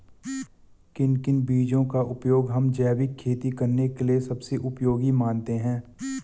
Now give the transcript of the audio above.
किन किन बीजों का उपयोग हम जैविक खेती करने के लिए सबसे उपयोगी मानते हैं?